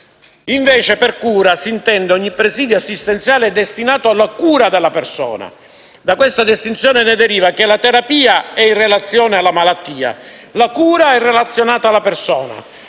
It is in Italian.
invece, per cura si intende ogni presidio assistenziale destinato alla cura della persona. Da questa distinzione deriva che la terapia è in relazione alla malattia, mentre la cura è relazionata alla persona.